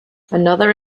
another